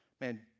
Man